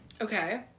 Okay